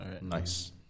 Nice